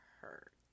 hurt